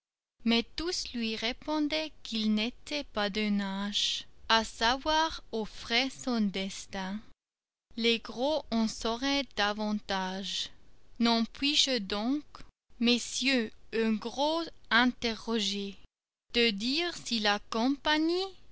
mais tous lui répondaient qu'ils n'étaient pas d'un âge à savoir au vrai son destin les gros en sauraient davantage n'en puis-je donc messieurs un gros interroger de dire si la compagnie